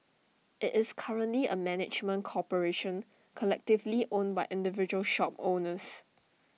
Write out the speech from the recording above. IT is currently A management corporation collectively owned by individual shop owners